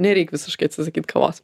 nereik visiškai atsisakyt kavos